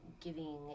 giving